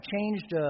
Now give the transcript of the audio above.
Changed